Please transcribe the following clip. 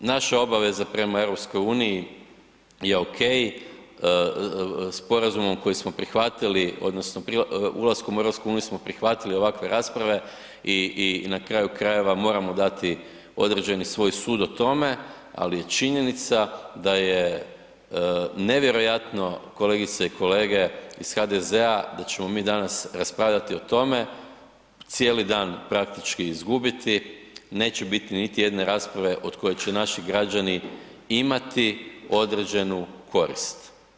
Naša obaveza prema EU je ok, sporazumom koji smo prihvatili odnosno ulaskom u EU smo prihvatili ovakve rasprave i na kraju krajeva moramo dati određeni svoj sud o tome, ali je činjenica da je nevjerojatno kolegice i kolege iz HDZ-a da ćemo mi danas raspravljati o tome, cijeli dan praktički izgubiti, neće biti niti jedne rasprave od koje će naši građani imati određenu korist.